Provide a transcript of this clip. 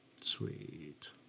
Sweet